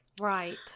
Right